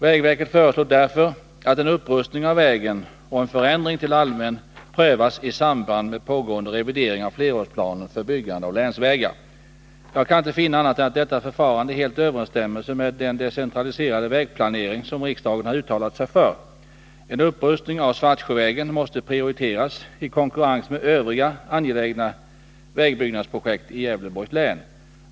Vägverket föreslår därför att en upprustning av vägen och en förändring till allmän väg prövas i samband med pågående revidering av flerårsplanen för byggande av länsvägar. Jag kan inte finna annat än att detta förfarande helt överensstämmer med den decentraliserade vägplanering som riksdagen har uttalat sig för. En upprustning av Svartsjövägen måste prioriteras i konkurrens med övriga angelägna vägbyggnadsprojekt i Gävleborgs län.